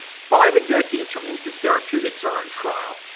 five executives from insys therapeutics are on trial.